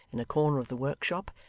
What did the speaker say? in a corner of the workshop,